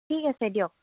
ঠিক আছে দিয়ক